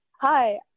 hi